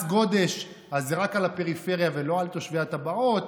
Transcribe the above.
מס גודש זה רק על הפריפריה ולא על תושבי הטבעות.